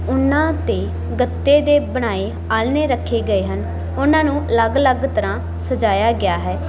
ਉਹਨਾਂ 'ਤੇ ਗੱਤੇ ਦੇ ਬਣਾਏ ਆਲ੍ਹਣੇ ਰੱਖੇ ਗਏ ਹਨ ਉਹਨਾਂ ਨੂੰ ਅਲੱਗ ਅਲੱਗ ਤਰ੍ਹਾਂ ਸਜਾਇਆ ਗਿਆ ਹੈ